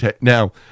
Now